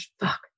fuck